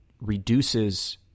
reduces